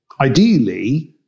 ideally